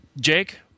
Jake